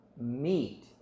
meat